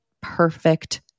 perfect